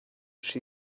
she